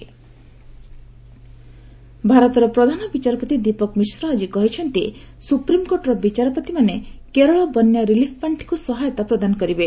SC Kerala flood ଭାରତର ପ୍ରଧାନ ବିଚାରପତି ଦଦୀପକ ମିଶ୍ର ଆଜି କହିଛନ୍ତି ସୁପ୍ରିମକୋର୍ଟର ବିଚାରପତିମାନୋ କେରଳ ବନ୍ୟା ରିଲିଫ ପାର୍ଷିକୁ ସହାୟତା ପ୍ରଦାନ କରିବେ